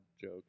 joke